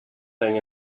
thing